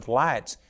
lights